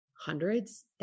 hundreds